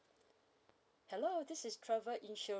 hello this is travel insurance